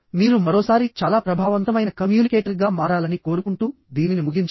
మీరు మరోసారి చాలా ప్రభావవంతమైన కమ్యూనికేటర్గా మారాలని కోరుకుంటూ దీనిని ముగించండి